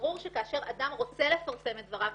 שברור שכאשר אדם רוצה לפרסם את דבריו,